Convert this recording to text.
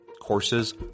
Courses